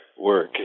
work